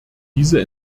diese